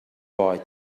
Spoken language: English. boy